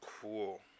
Cool